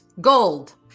gold